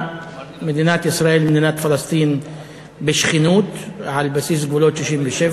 מדינת ישראל ומדינת פלסטין בשכנות על בסיס גבולות 1967,